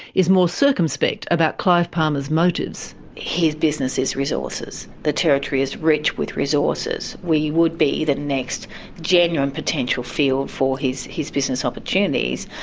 is more circumspect about clive palmer's motives. his business is resources. the territory is rich with resources. we would be the next genuine potential field for his his business opportunities,